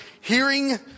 Hearing